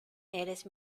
eres